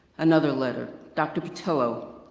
another letter. dr. petillo,